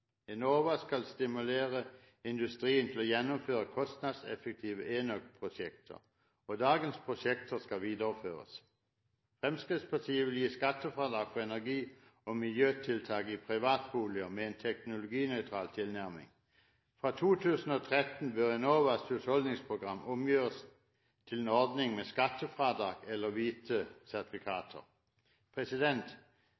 Enova skal stimulere industrien til å gjennomføre kostnadseffektive enøkprosjekter, og dagens prosjekter skal videreføres. Fremskrittspartiet vil gi skattefradrag for energi- og miljøtiltak i privatboliger med en teknologinøytral tilnærming. Fra 2013 bør Enovas husholdningsprogram omgjøres til en ordning med skattefradrag eller hvite